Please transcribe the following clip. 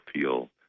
feel